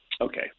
Okay